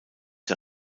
der